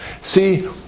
See